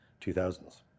2000s